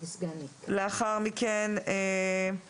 ואז